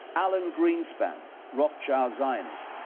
alan greenspan, rothschild zionist,